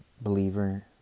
believer